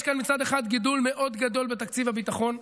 יש כאן מצד אחד גידול מאוד גדול בתקציב הביטחון,